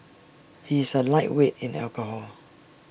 he is A lightweight in alcohol